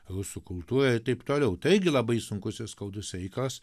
rusų kultūrą ir taip toliau tai irgi labai sunkus ir skaudus reikalas